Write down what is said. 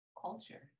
culture